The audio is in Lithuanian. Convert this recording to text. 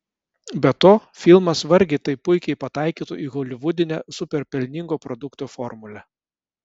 be to filmas vargiai taip puikiai pataikytų į holivudinę super pelningo produkto formulę